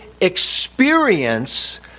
experience